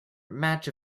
match